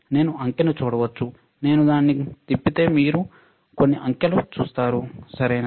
నేను అంకెను చూడవచ్చు నేను దాన్ని తిప్పితే మీరు మీరు కొన్ని అంకెలను చూస్తారు సరియైనది